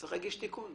צריך להגיש תיקון.